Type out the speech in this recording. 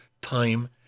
time